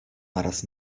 naraz